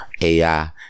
AI